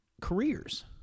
careers